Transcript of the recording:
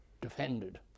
defended